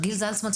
גיל זלצמן,